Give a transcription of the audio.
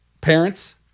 parents